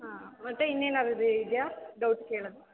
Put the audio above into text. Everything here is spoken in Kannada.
ಹಾಂ ಮತ್ತೆ ಇನ್ನೇನಾದ್ರು ಇದೆ ಇದೆಯಾ ಡೌಟ್ಸ್ ಕೇಳೋದು